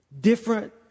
different